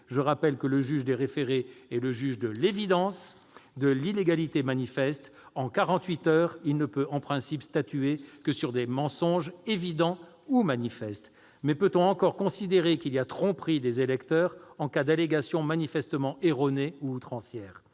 Je rappelle que le juge des référés est le juge de l'évidence, de l'illégalité manifeste. En quarante-huit heures, il ne peut, en principe, statuer que sur des mensonges évidents ou manifestes. Toutefois, peut-on encore considérer qu'il y a tromperie des électeurs en cas d'allégation manifestement erronée ou outrancière ?